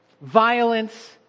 violence